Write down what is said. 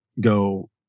go